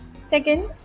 second